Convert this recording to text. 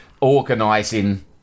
organising